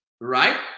right